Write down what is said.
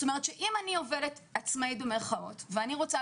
אם אני עובדת עצמאית במירכאות ואני רוצה